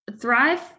thrive